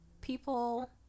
people